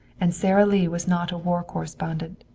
and sara lee was not a war correspondent.